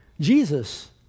Jesus